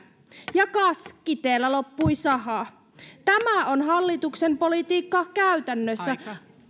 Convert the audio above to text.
ja kas kiteellä loppui saha tämä on hallituksen politiikka käytännössä